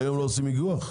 היום לא עושים איגוח?